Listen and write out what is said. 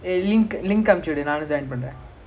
I mean like ah